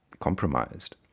compromised